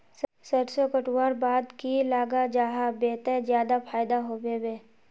सरसों कटवार बाद की लगा जाहा बे ते ज्यादा फायदा होबे बे?